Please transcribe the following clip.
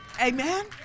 Amen